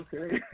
Okay